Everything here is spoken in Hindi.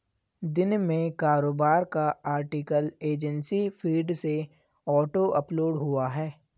दिन में कारोबार का आर्टिकल एजेंसी फीड से ऑटो अपलोड हुआ है